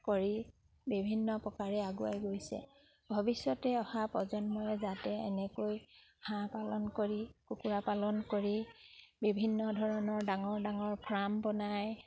কৰি বিভিন্ন প্ৰকাৰে আগুৱাই গৈছে ভৱিষ্যতে অহা প্ৰজন্মই যাতে এনেকৈ হাঁহ পালন কৰি কুকুৰা পালন কৰি বিভিন্ন ধৰণৰ ডাঙৰ ডাঙৰ ফাৰ্ম বনায়